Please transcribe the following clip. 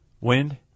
wind